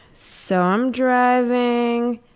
so, i'm driving